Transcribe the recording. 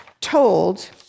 told